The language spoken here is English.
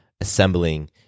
assembling